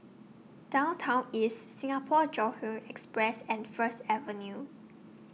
Downtown East Singapore Johore Express and First Avenue